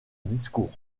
discours